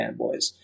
fanboys